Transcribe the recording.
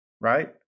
right